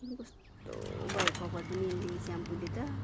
कुन्नि कस्तो भयो कपाल पनि यसले स्याम्पोले त